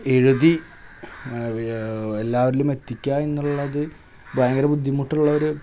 എഴുതി എല്ലാവരിലും എത്തിക്കുക എന്നുള്ളത് ഭയങ്കര ബുദ്ധിമുട്ടുള്ളൊരു